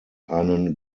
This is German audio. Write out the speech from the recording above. einen